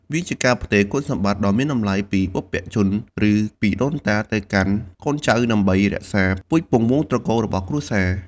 វាជាការផ្ទេរគុណសម្បត្តិដ៏មានតម្លៃពីបុព្វជន ឬពីដូនតា ទៅកាន់កូនចៅ ដើម្បីរក្សា ពូជពង្សវងត្រកូលរបស់គ្រួសារ។